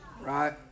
Right